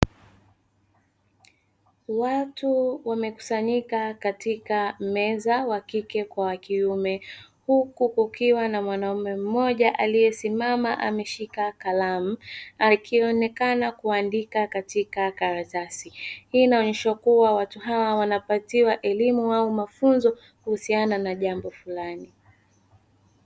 Watu wamekusanyika katika meza wakike kwa wakiume, huku kukiwa na mwanaume mmoja aliyesimama ameshika kalamu akionekana kuandika katika karatasi, hii inaonyesha kuwa watu hawa wanapatiwa elimu au mafunzo kuhusiana na jambo fulani.